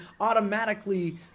automatically